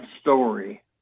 story